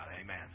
Amen